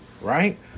Right